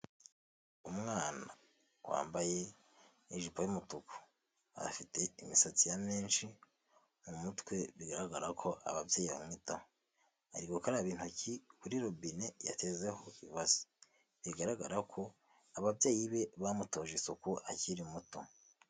Umwana wambaye ijipo y'umutuku afite imisatsi ya menshi mu mutwe bigaragara ko ababyeyi bamwitaho, ari gukaraba intoki kuri rubine yatezeho ibasi, bigaragara ko ababyeyi be bamutoje isuku akiri muto.